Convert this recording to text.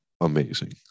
amazing